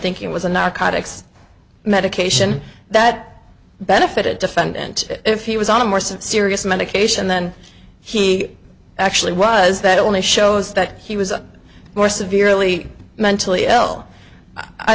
think it was a narcotics medication that benefited defendant if he was on a more serious medication then he actually was that only shows that he was more severely mentally ill i